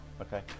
Okay